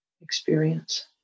experience